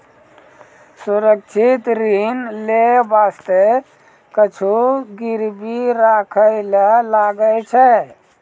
सुरक्षित ऋण लेय बासते कुछु गिरबी राखै ले लागै छै